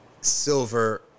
Silver